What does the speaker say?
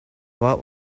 what